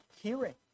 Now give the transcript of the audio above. hearing